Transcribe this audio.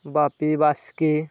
ᱵᱟᱯᱤ ᱵᱟᱥᱠᱮ